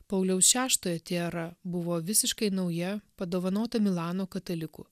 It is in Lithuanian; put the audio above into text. pauliaus šeštojo tiara buvo visiškai nauja padovanota milano katalikų